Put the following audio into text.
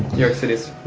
york city's,